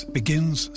begins